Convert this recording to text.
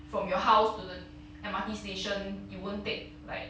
from your house to the M_R_T station you won't take like